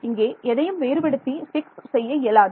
இங்கே எதையும் வேறு படுத்தி பிக்ஸ் செய்ய இயலாது